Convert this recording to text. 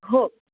हो